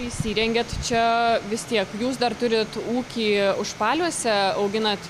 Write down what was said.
įsirengėt čia vis tiek jūs dar turit ūkį užpaliuose auginat